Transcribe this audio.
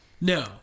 No